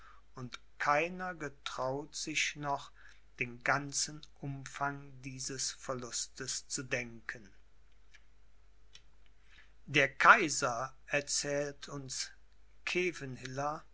und keiner getraut sich noch den ganzen umfang dieses verlustes zu denken der kaiser erzählt uns